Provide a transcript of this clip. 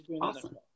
awesome